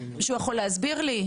מישהו יכול להסביר לי?